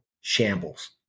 shambles